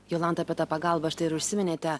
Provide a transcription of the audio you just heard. jolanta apie tą pagalbą štai ir užsiminėte